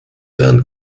wären